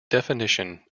definition